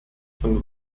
von